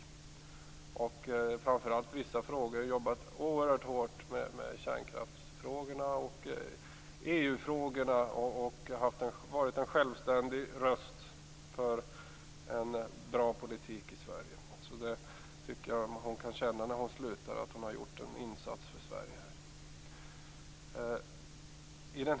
Hon har framför allt jobbat hårt med kärnkraftsfrågorna och EU-frågorna och har varit en självständig röst för en bra politik i Sverige. Hon kan känna när hon slutar att hon har gjort en insats för Sverige.